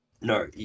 No